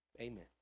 Amen